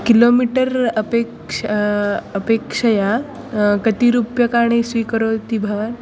kilometre अपेक्षा अपेक्षया कति रूप्यकाणि स्वीकरोति भवान्